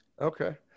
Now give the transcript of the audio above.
okay